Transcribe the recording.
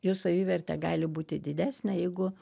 jų savivertė gali būti didesnė jeigu